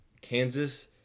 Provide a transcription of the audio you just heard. Kansas